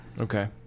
Okay